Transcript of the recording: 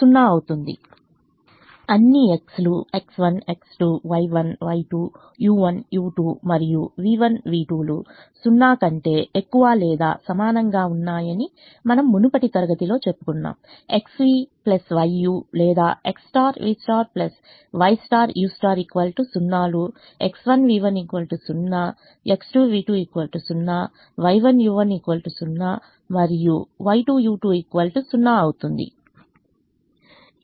అన్ని X' లు X1X2Y1Y2U1U2 మరియు V1V2 లు 0 కంటే ఎక్కువ లేదా సమానంగా ఉన్నాయని మనం మునుపటి తరగతిలో చెప్పుకున్నాం XV YU లేదా XV YU0 లు X1V1 0 X2V2 0Y1U1 0 మరియు Y2U2 0 అవుతుంది